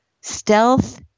stealth